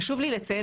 חשוב לי לציין.